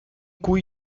cui